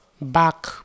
back